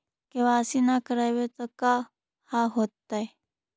KYC न करवाई तो का हाओतै?